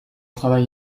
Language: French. travail